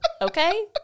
Okay